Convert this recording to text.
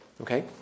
Okay